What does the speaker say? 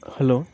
hello